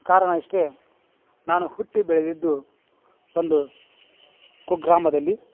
ಕಾರಣ ಇಷ್ಟೇ ನಾನು ಹುಟ್ಟಿ ಬೆಳೆದಿದ್ದು ಒಂದು ಕುಗ್ರಾಮದಲ್ಲಿ